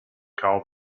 call